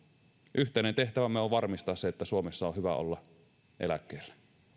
yhteinen tehtävämme on varmistaa se että suomessa on hyvä olla eläkkeellä